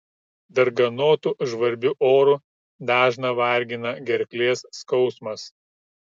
darganotu žvarbiu oru dažną vargina gerklės skausmas